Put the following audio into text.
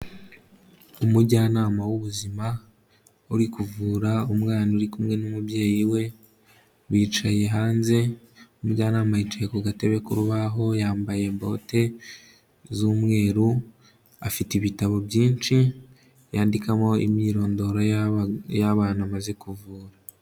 Umujyanama w'ubuzima uri kuvura umwana uri kumwe n'umubyeyi we, bicaye hanze umujyanama yicaye ku gatebe k'urubaho yambaye bote z'umweru, afite ibitabo byinshi yandikamo imyirondoro y'abana amaze kuvura.